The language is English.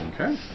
Okay